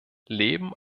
leben